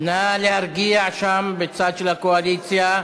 נא להרגיע שם בצד של הקואליציה.